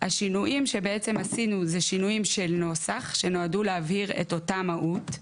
והשינויים שעשינו הם בעצם שינויים של נוסח שנועדו להבהיר את אותה מהות,